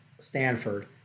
Stanford